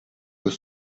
peut